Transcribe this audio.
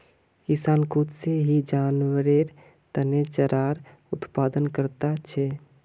किसान खुद से ही जानवरेर तने चारार उत्पादन करता छे